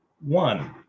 one